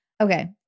Okay